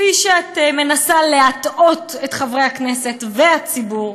כפי שאת מנסה להטעות את חברי הכנסת והציבור,